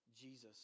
Jesus